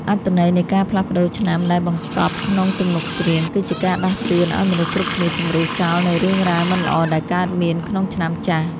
អត្ថន័យនៃការផ្លាស់ប្តូរឆ្នាំដែលបង្កប់ក្នុងទំនុកច្រៀង គឺជាការដាស់តឿនឱ្យមនុស្សគ្រប់គ្នាជម្រុះចោលនូវរឿងរ៉ាវមិនល្អដែលកើតមានក្នុងឆ្នាំចាស់។